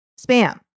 spam